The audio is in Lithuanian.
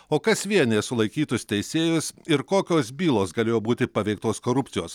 o kas vienija sulaikytus teisėjus ir kokios bylos galėjo būti paveiktos korupcijos